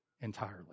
entirely